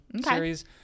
series